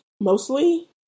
mostly